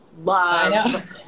love